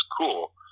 cool